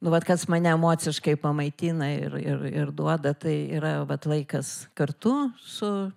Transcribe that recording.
nu vat kas mane emociškai pamaitina ir ir ir duoda tai yra vat laikas kartu su